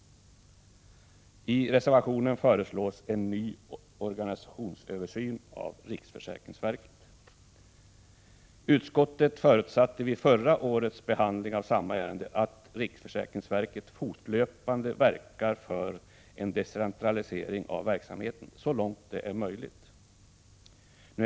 I reservationen föreslås en ny organisationsöversyn av riksförsäkringsverket. Utskottet förutsatte vid förra årets behandling av samma ärende att riksförsäkringsverket fortlöpande verkar för en decentralisering av verksamheten så långt det är möjligt.